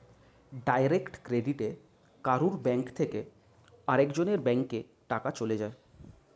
direct ক্রেডিটে কারুর bank থেকে আরেক জনের ব্যাংকে টাকা চলে যায়